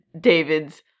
David's